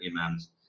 imams